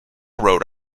rhode